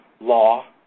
law